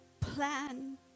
plan